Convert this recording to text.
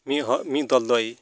ᱢᱤᱫ ᱦᱚᱲ ᱢᱤᱫ ᱫᱚᱞ ᱫᱚᱭ